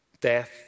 Death